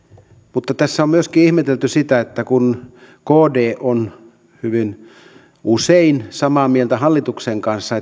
mutta tässä on myöskin ihmetelty sitä että kun kd on hyvin usein samaa mieltä hallituksen kanssa